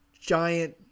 giant